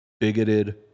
bigoted